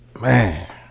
man